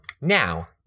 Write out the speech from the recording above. Now